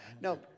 No